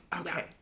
Okay